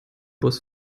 bus